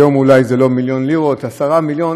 היום אולי זה לא מיליון לירות, 10 מיליון.